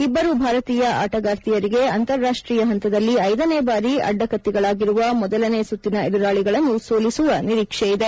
ಇಬ್ಬರೂ ಭಾರತೀಯ ಆಟಗಾರ್ತಿಯರಿಗೆ ಅಂತಾರಾಷ್ಟೀಯ ಹಂತದಲ್ಲಿ ಐದನೇ ಬಾರಿ ಅಡ್ಡಕತ್ತಿಗಳಾಗಿರುವ ಮೊದಲನೇ ಸುತ್ತಿನ ಎದುರಾಳಿಗಳನ್ನು ಸೋಲಿಸುವ ನಿರೀಕ್ಷೆಯಿದೆ